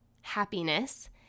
happiness